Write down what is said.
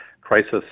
crisis